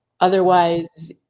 Otherwise